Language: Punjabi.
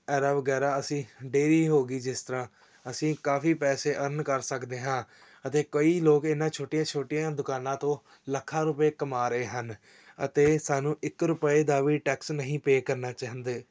ਐਰਾ ਵਗੈਰਾ ਅਸੀਂ ਡੇਅਰੀ ਹੋ ਗਈ ਜਿਸ ਤਰ੍ਹਾਂ ਅਸੀਂ ਕਾਫੀ ਪੈਸੇ ਅਰਨ ਕਰ ਸਕਦੇ ਹਾਂ ਅਤੇ ਕਈ ਲੋਕ ਇਹਨਾਂ ਛੋਟੀਆਂ ਛੋਟੀਆਂ ਦੁਕਾਨਾਂ ਤੋਂ ਲੱਖਾਂ ਰੁਪਏ ਕਮਾ ਰਹੇ ਹਨ ਅਤੇ ਸਾਨੂੰ ਇੱਕ ਰੁਪਏ ਦਾ ਵੀ ਟੈਕਸ ਨਹੀਂ ਪੇ ਕਰਨਾ ਚਾਹੁੰਦੇ